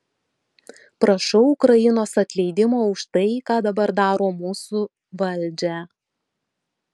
prašau ukrainos atleidimo už tai ką dabar daro mūsų valdžią